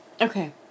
Okay